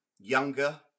younger